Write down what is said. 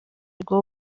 bwo